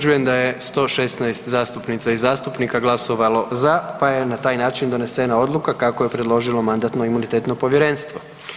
da je 116 zastupnica i zastupnika glasovalo za pa je na taj način donesena odluka kako je predložilo Mandatno-imunitetno povjerenstvo.